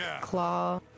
Claw